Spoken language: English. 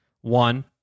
One